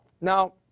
Now